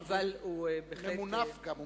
אבל הוא בהחלט, הוא גם ממונף.